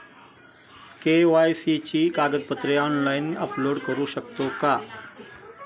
KYC ची कागदपत्रे online upload करू शकतो का?